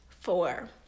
four